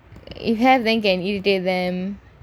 if have then can give them